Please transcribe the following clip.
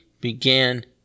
began